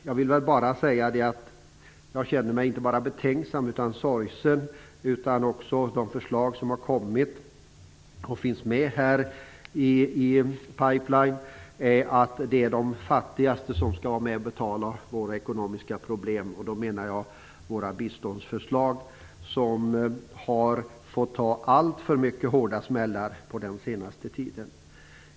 Jag vill bara säga att jag känner mig inte bara betänksam utan sorgsen över de förslag som har kommit och finns med här om att det är de fattigaste som skall vara med och betala för våra ekonomiska problem. Då menar jag våra biståndsförslag som har fått ta alltför mycket hårda smällar under den senaste tiden.